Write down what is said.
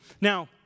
Now